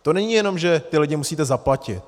To není jenom, že ty lidi musíte zaplatit.